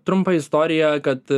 trumpa istorija kad